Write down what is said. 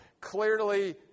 clearly